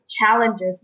challenges